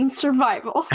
survival